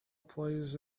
plays